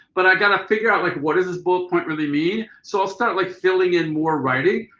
but i got to figure out like what does this bullet point really mean. so i'll start like filling in more writing.